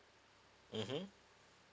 mmhmm